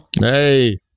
Hey